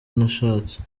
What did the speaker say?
nashatse